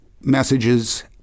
messages